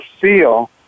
feel